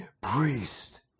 priest